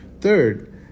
third